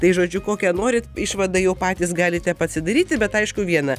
tai žodžiu kokią norit išvadą jau patys galite pasidaryti bet aišku viena